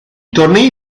tornei